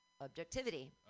objectivity